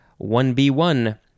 1b1